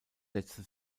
setzte